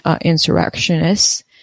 insurrectionists